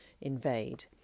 invade